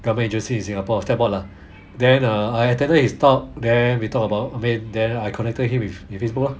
government agency in singapore step on lah then uh I attended his talk then we talk about I mean then I connected him with with him also ah